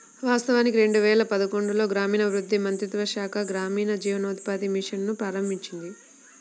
వాస్తవానికి రెండు వేల పదకొండులో గ్రామీణాభివృద్ధి మంత్రిత్వ శాఖ గ్రామీణ జీవనోపాధి మిషన్ ను ప్రారంభించింది